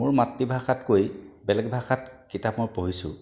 মোৰ মাতৃভাষাতকৈ বেলেগে ভাষাত কিতাপ মই পঢ়িছোঁ